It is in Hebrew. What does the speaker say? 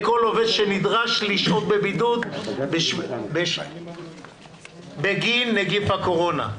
לכל עובד שנדרש לשהות בבידוד בגין נגיף הקורונה.